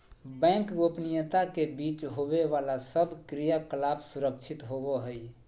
bank गोपनीयता के बीच होवे बाला सब क्रियाकलाप सुरक्षित होवो हइ